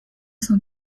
cent